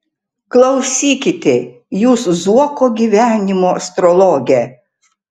klausykite jūs zuoko gyvenimo astrologe